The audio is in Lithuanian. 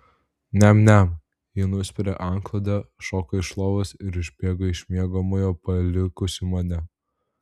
niam niam ji nuspiria antklodę šoka iš lovos ir išbėga iš miegamojo palikusi mane